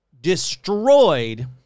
destroyed